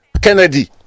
Kennedy